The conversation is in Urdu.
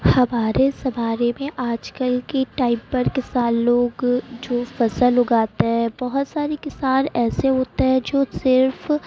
ہمارے زمانے میں آج کل کی ٹائم پر کسان لوگ جو فصل اگاتے ہیں بہت سارے کسان ایسے ہوتے ہیں جو صرف